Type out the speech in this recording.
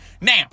Now